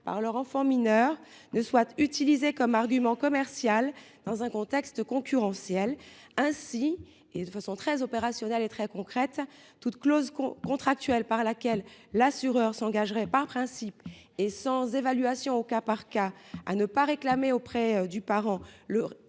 par leur enfant mineur ne soit utilisée comme argument commercial, dans un contexte concurrentiel. Ainsi, de façon très concrète, toute clause contractuelle par laquelle un assureur s’engagerait, par principe et sans évaluation au cas par cas, à ne pas réclamer auprès des parents le reste